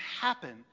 happen